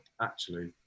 actually-